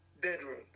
bedroom